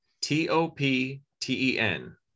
T-O-P-T-E-N